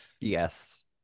Yes